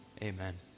Amen